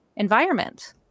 environment